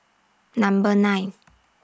Number nine